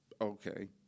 Okay